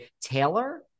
Taylor